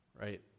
right